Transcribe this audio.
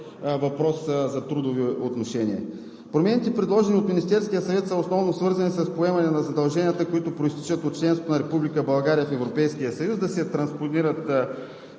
въпрос за трудови отношения. Промените, предложени от Министерския съвет, са свързани основно с поемане на задълженията, които произтичат от членството на Република България в Европейския съюз – да се транспонират